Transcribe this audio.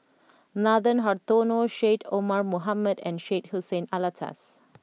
Nathan Hartono Syed Omar Mohamed and Syed Hussein Alatas